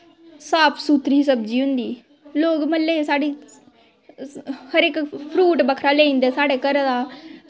साफ सुथरू सब्जी होंदी लोग म्ह्ल्ले साढ़ी हर इक फ्रूट बक्खरा लेई जंदे साढ़े घरे दा